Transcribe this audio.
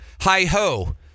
hi-ho